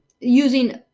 using